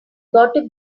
gotta